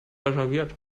reserviert